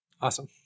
Awesome